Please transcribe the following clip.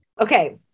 Okay